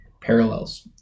parallels